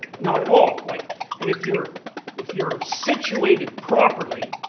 not at all. like and if you're if you're situated properly,